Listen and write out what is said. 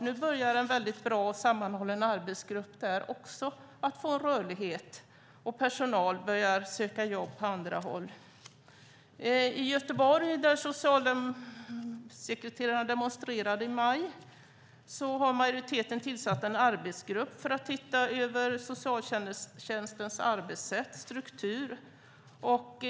Nu börjar en mycket bra och sammanhållen arbetsgrupp också där att få en rörlighet. Personal börjar söka jobb på andra håll. I Göteborg där socialsekreterarna demonstrerade i maj har majoriteten tillsatt en arbetsgrupp för att se över socialtjänstens arbetssätt och struktur.